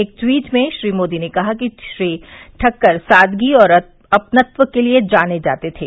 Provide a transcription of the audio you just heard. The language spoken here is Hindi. एक ट्वीट में श्री मोदी ने कहा कि श्री ठक्कर सादगी और अपनत्व के लिए जाने जाते थे